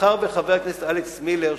מאחר שחבר הכנסת אלכס מילר,